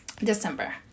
December